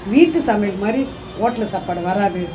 வீட்டு சமையல் மாதிரி ஓட்டல் சாப்பாடு வராது